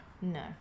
no